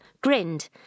grinned